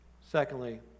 secondly